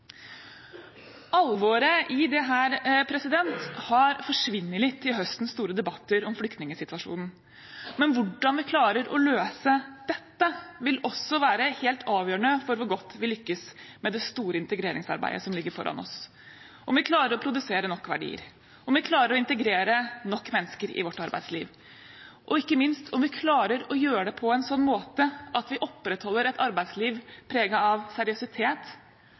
Alvoret i dette har forsvunnet litt i høstens store debatter om flyktningsituasjonen. Men hvordan vi klarer å løse dette, vil være helt avgjørende for hvor godt vi lykkes med det store integreringsarbeidet som ligger foran oss: om vi klarer å produsere nok verdier, om vi klarer å integrere nok mennesker i vårt arbeidsliv, og ikke minst om vi klarer å gjøre det på en slik måte at vi opprettholder et arbeidsliv preget av seriøsitet,